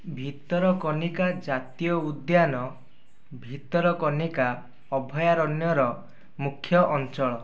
ଭିତରକନିକା ଜାତୀୟ ଉଦ୍ୟାନ ଭିତରକନିକା ଅଭୟାରଣ୍ୟର ମୁଖ୍ୟ ଅଞ୍ଚଳ